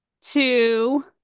Two